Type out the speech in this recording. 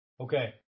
Okay